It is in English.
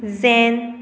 zen